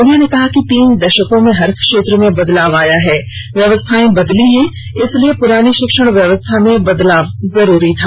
उन्होंने कहा कि तीन दशको में हर क्षेत्र में बदलाव आया है व्यवस्थाएं बदली हैं इसलिएं पुरानी शिक्षण व्यवस्था में बदलाव बहुत जरूरी है